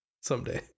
someday